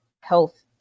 health